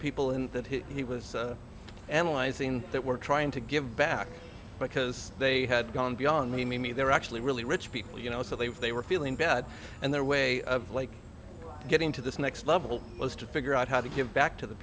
people in that he was analyzing that were trying to give back because they had gone beyond me me me they were actually really rich people you know so they were they were feeling bad and their way of like getting to the next level was to figure out how to give back t